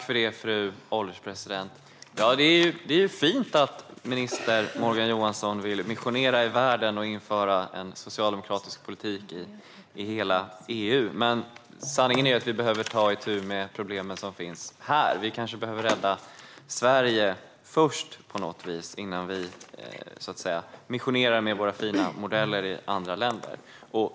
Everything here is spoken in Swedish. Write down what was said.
Fru ålderspresident! Det är fint att minister Morgan Johansson vill missionera i världen och införa en socialdemokratisk politik i hela EU, men sanningen är att vi behöver ta itu med problemen som finns här. Vi kanske behöver rädda Sverige först innan vi missionerar med våra fina modeller i andra länder.